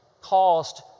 caused